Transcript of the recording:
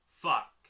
fuck